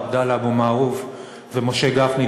עבדאללה אבו מערוף ומשה גפני,